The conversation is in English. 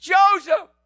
Joseph